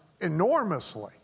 enormously